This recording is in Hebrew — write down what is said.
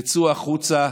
תצאו החוצה,